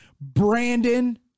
Brandon